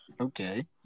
Okay